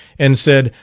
and said,